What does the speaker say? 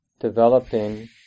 developing